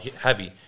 heavy